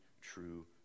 true